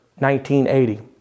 1980